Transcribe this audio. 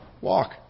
walk